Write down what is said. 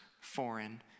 foreign